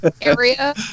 area